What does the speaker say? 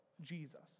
Jesus